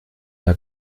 der